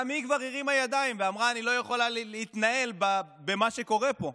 גם היא כבר הרימה ידיים ואמרה: אני לא יכולה להתנהל במה שקורה פה,